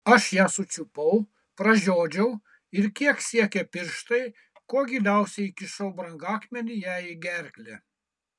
aš ją sučiupau pražiodžiau ir kiek siekė pirštai kuo giliausiai įkišau brangakmenį jai į gerklę